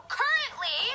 currently